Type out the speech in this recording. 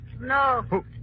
No